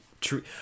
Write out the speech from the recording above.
true